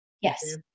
Yes